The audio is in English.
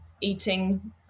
eating